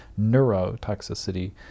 neurotoxicity